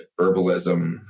herbalism